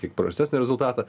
kiek prastesnį rezultatą